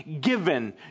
given